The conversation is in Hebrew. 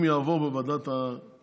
אם זה יעבור בוועדת הכספים,